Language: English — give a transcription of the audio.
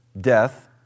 death